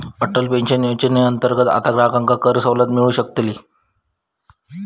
Atal pension योजनेअंतर्गत आता ग्राहकांका करसवलत सुद्दा मिळू शकतली